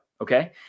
okay